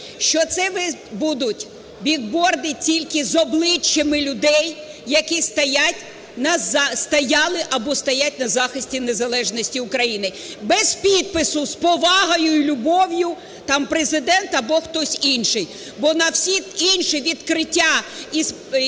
що це будуть білборди тільки з обличчями людей, які стоять… стояли або стоять на захисті незалежності України. Без підпису "з повагою і любов'ю", там Президент або хтось інший. Бо на всі інші відкриття і вітання